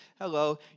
Hello